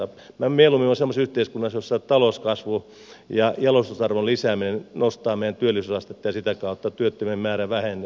minä mieluummin olisin semmoisessa yhteiskunnassa jossa talouskasvu ja jalostusarvon lisääminen nostavat meidän työllisyysastettamme ja sitä kautta työttömien määrä vähenee